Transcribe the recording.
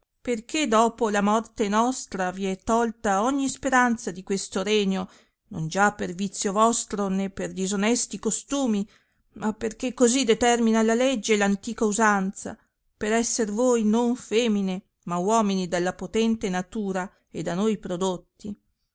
perchè dopo la morte nostra vi è tolta ogni speranza di questo regno non già per vizio vostro né per disonesti costumi ma perchè così determina la legge e antica usanza per esser voi non femine ma uomini dalla potente natura e da noi prodotti